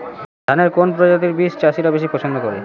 ধানের কোন প্রজাতির বীজ চাষীরা বেশি পচ্ছন্দ করে?